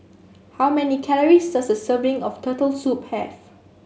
how many calories does a serving of Turtle Soup have